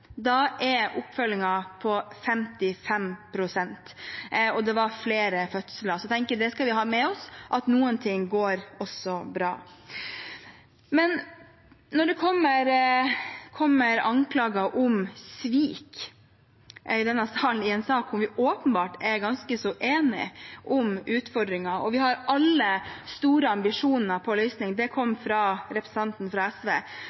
Da er oppfølgningen på 55 pst., og det var flere fødsler. Så jeg tenker at vi skal ha med oss at noen ting også går bra. Men når det fra representanten fra SV i denne salen kommer anklager om svik, i en sak hvor vi åpenbart er ganske enige om utfordringen, og vi alle har store ambisjoner om en løsning,